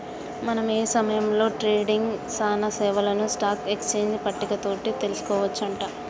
మనం ఏ సమయంలో ట్రేడింగ్ సానా సేవలను స్టాక్ ఎక్స్చేంజ్ పట్టిక తోటి తెలుసుకోవచ్చు అంట